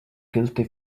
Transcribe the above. guilty